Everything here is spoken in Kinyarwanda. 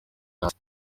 hasi